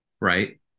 right